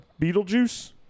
Beetlejuice